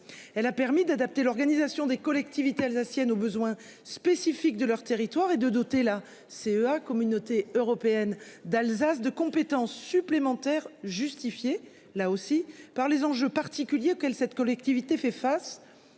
Elle a permis d'adapter l'organisation des collectivités alsaciennes aux besoins spécifiques de leur territoire et de doter la CEA Communauté européenne d'Alsace de compétences supplémentaires justifié là aussi par les enjeux particuliers qu'elle cette collectivité fait face.